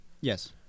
Yes